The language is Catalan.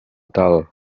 tal